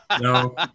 No